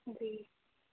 جی